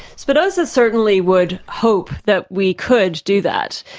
spinoza certainly would hope that we could do that,